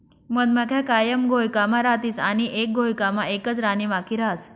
मधमाख्या कायम घोयकामा रातीस आणि एक घोयकामा एकच राणीमाखी रहास